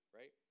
right